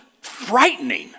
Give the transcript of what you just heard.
frightening